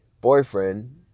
boyfriend